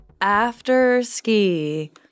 after-ski